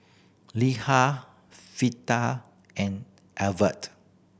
Litha and Evert